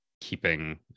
keeping